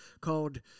called